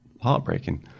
heartbreaking